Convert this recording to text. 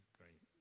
great